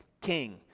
king